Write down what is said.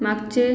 मागचे